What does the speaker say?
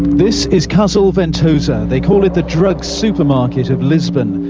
this is casal ventoso. they call it the drug supermarket of lisbon.